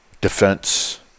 defense